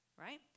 right